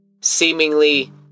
seemingly